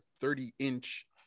30-inch